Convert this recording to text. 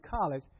college